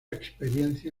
experiencia